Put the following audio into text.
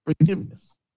forgiveness